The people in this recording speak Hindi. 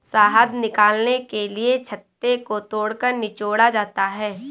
शहद निकालने के लिए छत्ते को तोड़कर निचोड़ा जाता है